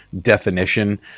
definition